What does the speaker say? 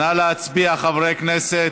נא להצביע, חברי הכנסת.